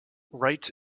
wright